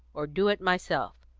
or do it myself.